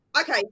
Okay